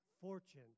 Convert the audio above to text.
fortune